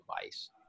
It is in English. device